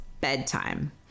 bedtime